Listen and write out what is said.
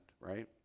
right